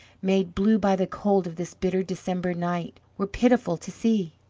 made blue by the cold of this bitter december night, were pitiful to see!